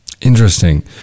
Interesting